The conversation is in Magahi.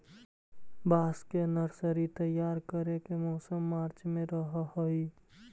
बांस के नर्सरी तैयार करे के मौसम मार्च में रहऽ हई